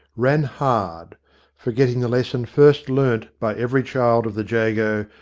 ran hard forgetting the lesson first learnt by every child of the jago,